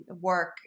work